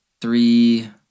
three